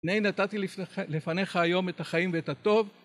הנה נתתי לפניך היום את החיים ואת הטוב.